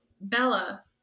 bella